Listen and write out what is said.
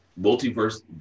multiverse